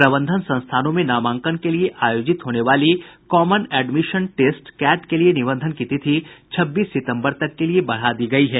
प्रबंधन संस्थानों में नामांकन के लिये आयोजित होने वाली कॉमन एडमिशन टेस्ट कैट के लिये निबंधन की तिथि छब्बीस सितंबर तक के लिये बढ़ा दी गयी है